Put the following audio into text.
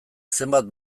zenbat